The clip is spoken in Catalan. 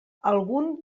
algun